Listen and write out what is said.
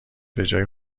بجای